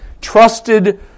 trusted